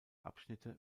abschnitte